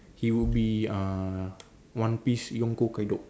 he would be ah one piece yonko Kaido